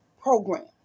program